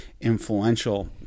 influential